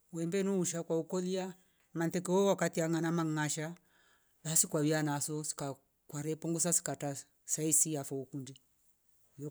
Wembe nuusha kwa ukolia nateko wakatia nangamana nngasha basi kwayua na soska kware punguza skataza saizi yafo kundi